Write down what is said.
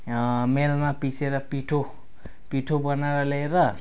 मेलमा पिसेर पिठो पिठो बनाएर ल्याएर